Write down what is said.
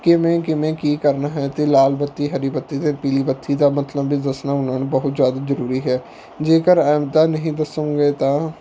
ਕਿਵੇਂ ਕਿਵੇਂ ਕੀ ਕਰਨਾ ਹੈ ਅਤੇ ਲਾਲ ਬੱਤੀ ਹਰੀ ਬੱਤੀ ਅਤੇ ਪੀਲੀ ਬੱਤੀ ਦਾ ਮਤਲਬ ਵੀ ਦੱਸਣਾ ਉਹਨਾਂ ਨੂੰ ਬਹੁਤ ਜ਼ਿਆਦਾ ਜ਼ਰੂਰੀ ਹੈ ਜੇਕਰ ਇੱਦਾਂ ਨਹੀਂ ਦੱਸੋਗੇ ਤਾਂ